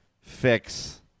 fix